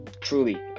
Truly